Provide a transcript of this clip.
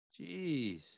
Jeez